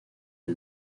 que